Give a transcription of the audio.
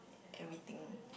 everything